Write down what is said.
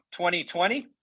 2020